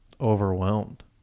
overwhelmed